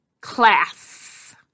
class